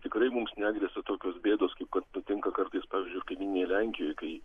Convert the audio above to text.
tikrai mums negresia tokios bėdos kaip kad nutinka kartais pavydžiu ir kaimynėje lenkijoj kai